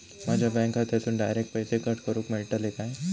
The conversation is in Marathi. माझ्या बँक खात्यासून डायरेक्ट पैसे कट करूक मेलतले काय?